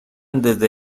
desde